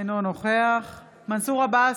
אינו נוכח מנסור עבאס,